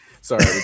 Sorry